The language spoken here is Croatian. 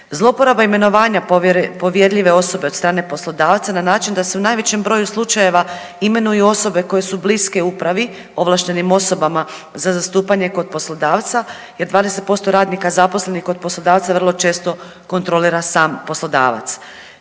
Zlouporaba imenovanja povjerljive osobe od strane poslodavca na način da se u najvećem broju slučajeva imenuju osobe koje su bliske upravi, ovlaštenim osobama za zastupanje kod poslodavca jer 20% radnika zaposlenik kod poslodavca vrlo često kontrolira sam poslodavac.